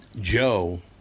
Joe